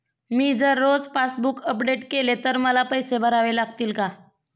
मी जर रोज passbook update केले तर मला पैसे भरावे लागतील का?